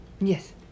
Yes